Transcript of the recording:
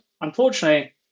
unfortunately